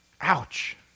Ouch